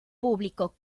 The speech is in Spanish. público